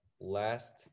Last